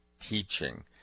teaching